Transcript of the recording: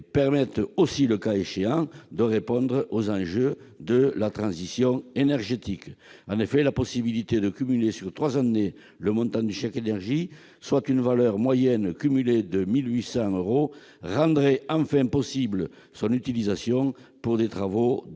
permettre, le cas échéant, de répondre aux enjeux de la transition énergétique. La possibilité de cumuler sur trois années le montant du chèque énergie, soit une valeur moyenne cumulée de 1 800 euros, rendrait enfin possible son utilisation pour des travaux